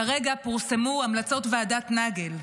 כרגע פורסמו המלצות ועדת נגל,